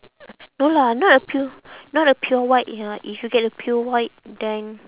no lah not a pure not a pure white ya if you get a pure white then